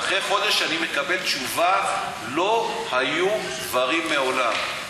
אחרי חודש אני מקבל תשובה: לא היו דברים מעולם.